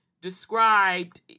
described